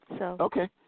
Okay